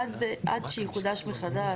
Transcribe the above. עד שיחודש מחדש,